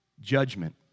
judgment